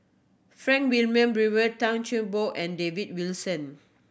Frank Wilmin Brewer Tan Cheng Bock and David Wilson